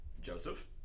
Joseph